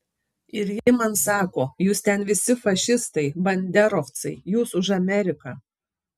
ir ji man sako jūs ten visi fašistai banderovcai jūs už ameriką